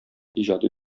иҗади